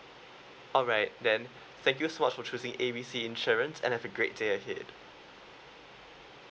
alright then thank you so much for choosing A B C insurance and have a great day ahead